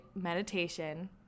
meditation